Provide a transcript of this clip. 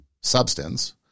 substance